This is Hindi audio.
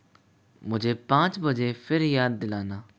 मुझे पाँच बजे फिर याद दिलाना